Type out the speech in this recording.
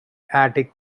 attic